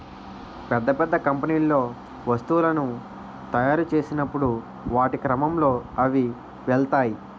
పెద్ద పెద్ద కంపెనీల్లో వస్తువులను తాయురు చేసినప్పుడు వాటి క్రమంలో అవి వెళ్తాయి